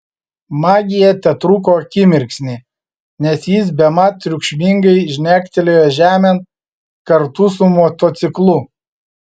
magija tetruko akimirksnį nes jis bemat triukšmingai žnektelėjo žemėn kartu su motociklu